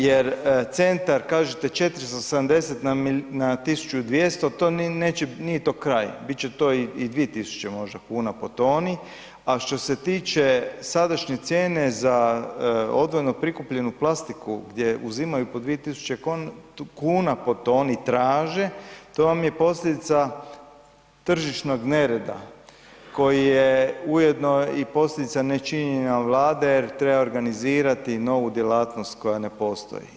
Jer centar, kažete 470 na 1200, to neće, nije to kraj, bit će to i 2000 možda kuna po toni a što se tiče sadašnje cijene za odvojeno prikupljanju plastiku gdje uzimaju po 2000 kuna po toni traže, to vam je posljedica tržišnog nereda koji je ujedno i posljedica nečinjenja Vlade jer treba organizirati novu djelatnost koja ne postoji.